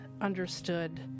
understood